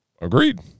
agreed